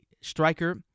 striker